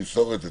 ותמסור את זה,